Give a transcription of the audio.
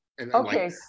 Okay